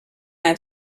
have